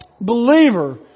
Believer